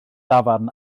dafarn